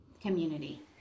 community